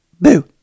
Boo